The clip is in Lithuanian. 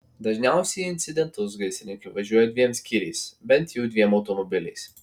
dažniausiai į incidentus gaisrininkai važiuoja dviem skyriais bent jau dviem automobiliais